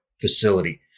facility